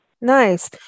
Nice